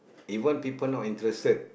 even people not interested